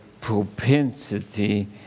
propensity